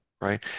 right